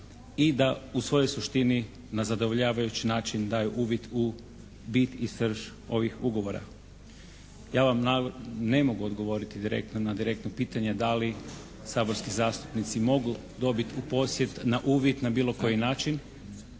i da u svojoj suštini na zadovoljavajući način daju uvid u bit i srž ovih ugovora. Ja vam ne mogu odgovoriti direktno na direktno pitanje da li saborski zastupnici mogu dobiti u posjed na uvid na bilo koji način